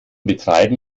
betreiben